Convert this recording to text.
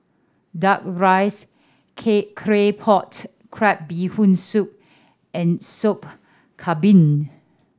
Duck Rice Claypot Crab Bee Hoon Soup and Sop Kambing